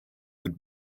would